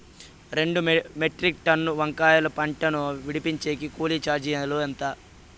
రెండు మెట్రిక్ టన్నుల వంకాయల పంట ను విడిపించేకి కూలీ చార్జీలు ఎంత?